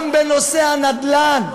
גם בנושא הנדל"ן,